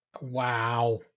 Wow